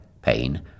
pain